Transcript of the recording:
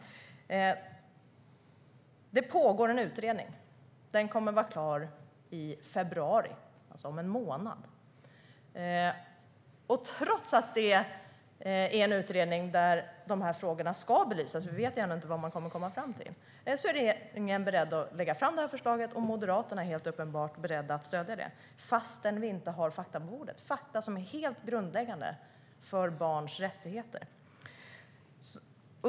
Det pågår en utredning. Den kommer att vara klar i februari, alltså om en månad. Trots att det är en utredning där dessa frågor ska belysas - och vi ännu inte vet vad man kommer fram till - är regeringen beredd att lägga fram det här förslaget, och Moderaterna är helt uppenbart beredda att stödja det, fast vi inte har fakta på bordet som är helt grundläggande för barns rättigheter.